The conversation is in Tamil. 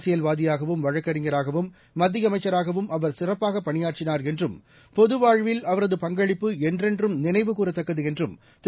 அரசியல் வாதியாகவும் வழக்கறிஞராகவும் மத்தியஅமைச்சராகவும் அவர் சிறப்பாகபணியாற்றினார் என்றும் பொதுவாழ்வில் அவரது பங்களிப்பு என்றென்றும் நினைவுகூரத்தக்கதுஎன்றும் திரு